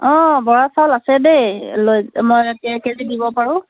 অঁ বৰা চাউল আছে দেই লৈ মই কে জি দিব পাৰোঁ